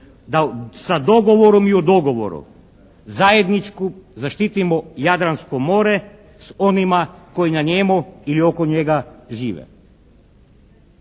da sa dogovorom i u dogovoru zajednički zaštitimo Jadransko more s onima koji na njemu ili oko njega žive.